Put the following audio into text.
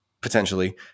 potentially